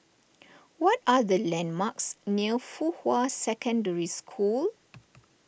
what are the landmarks near Fuhua Secondary School